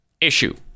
issue